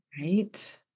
Right